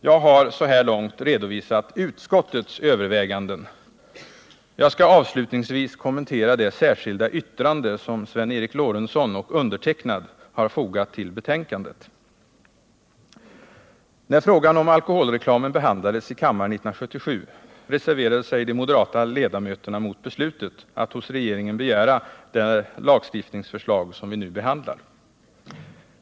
Jag har så här långt redovisat utskottets överväganden. Jag skall avslutningsvis kommentera det särskilda yttrande som Sven Eric Lorentzon och jag har fogat till betänkandet. När frågan om alkoholreklamen behandlades i kammaren 1977, reserverade sig de moderata ledamöterna mot beslutet att hos regeringen begära det lagstiftningsförslag som vi nu behandlar.